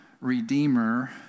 redeemer